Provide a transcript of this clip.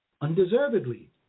undeservedly